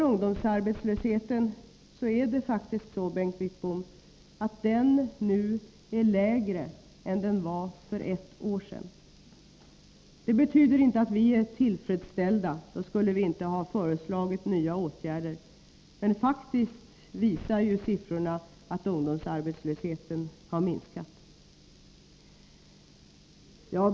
Ungdomsarbetslösheten är nu faktiskt, Bengt Wittbom, lägre än den var för ett år sedan. Det betyder inte att vi är tillfredsställda — då skulle vi inte ha föreslagit nya åtgärder. Men siffrorna visar ändå att ungdomsarbetslösheten har minskat.